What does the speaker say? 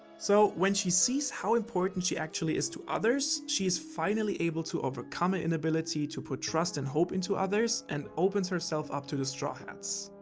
so, when she sees, how important she actually is to others, she is finally able to overcome her ah inability to put trust and hope into others and opens herself up to the straw hats.